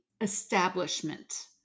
establishment